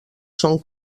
són